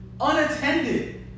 unattended